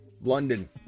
London